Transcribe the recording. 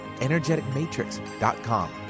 energeticmatrix.com